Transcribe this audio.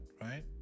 right